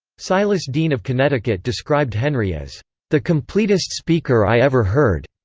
silas deane of connecticut described henry as the compleatest speaker i ever heard.